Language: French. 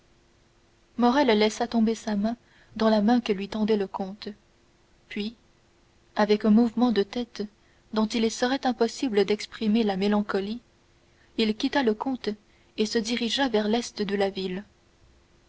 morrel laissa tomber sa main dans la main que lui tendait le comte puis avec un mouvement de tête dont il serait impossible d'exprimer la mélancolie il quitta le comte et se dirigea vers l'est de la ville